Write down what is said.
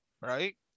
right